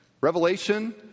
revelation